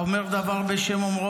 האומר דבר בשם אומרו,